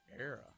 era